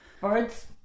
Birds